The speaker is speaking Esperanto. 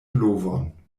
blovon